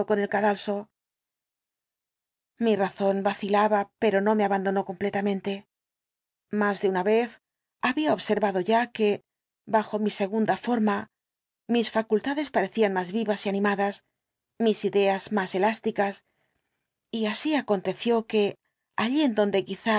con el cadalso mi razón vacilaba pero no me abandonó completamente más de una vez había observado ya que bajo mi segunda forma mis facultades parecían más vivas y animadas mis ideas más elásticas y así aconteció que allí en donde